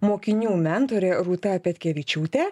mokinių mentorė rūta petkevičiūtė